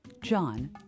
John